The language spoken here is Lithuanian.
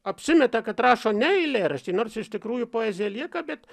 apsimeta kad rašo ne eilėraštį nors iš tikrųjų poezija lieka bet